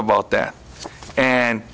about that and